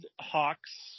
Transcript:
Hawks